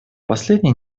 последние